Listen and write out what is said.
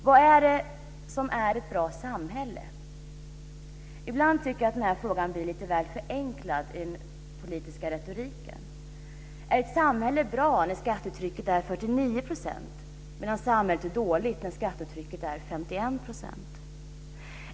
Vad är det som är ett bra samhälle? Ibland tycker jag att frågan blir lite väl förenklad i den politiska retoriken. Är ett samhälle bra när skattetrycket är 49 %, medan samhället är dåligt när skattetrycket är 51 %?